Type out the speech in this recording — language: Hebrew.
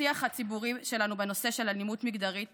השיח הציבורי שלנו בנושא של אלימות מגדרית